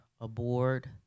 aboard